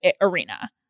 arena